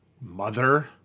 mother